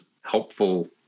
helpful